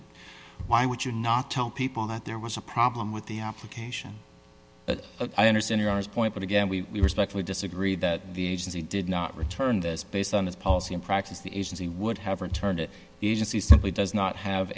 it why would you not tell people that there was a problem with the application but i understand your point but again we respectfully disagree that the agency did not return this based on its policy in practice the agency would have returned it the agency simply does not have